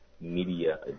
media